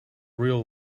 real